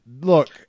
Look